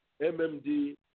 MMD